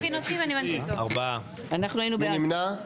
מי נמנע?